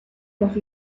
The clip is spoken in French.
par